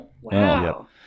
Wow